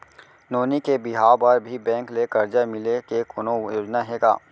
नोनी के बिहाव बर भी बैंक ले करजा मिले के कोनो योजना हे का?